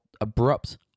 abrupt